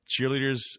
cheerleaders